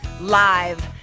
Live